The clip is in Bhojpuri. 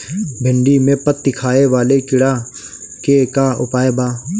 भिन्डी में पत्ति खाये वाले किड़ा के का उपाय बा?